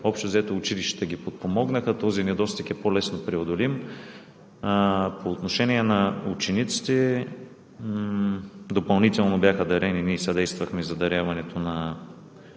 Общо взето училищата ги подпомогнаха – този недостиг е по-лесно преодолим. По отношение на учениците – допълнително бяха дарени, ние съдействахме за даряването на